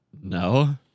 No